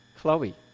Chloe